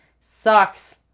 sucks